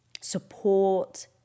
support